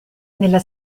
nella